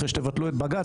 אחרי שתבטלו את בג"ץ,